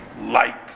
light